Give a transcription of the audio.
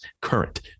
current